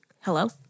hello